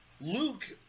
luke